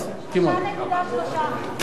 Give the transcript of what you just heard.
5.3%. כמעט.